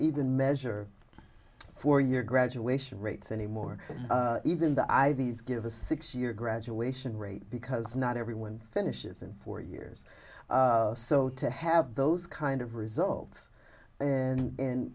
even measure for your graduation rates anymore even the ivies give a six year graduation rate because not everyone finishes in four years so to have those kind of results